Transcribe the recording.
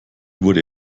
wurde